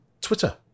Twitter